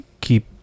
keep